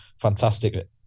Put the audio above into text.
fantastic